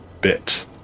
bit